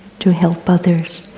to help others.